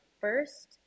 first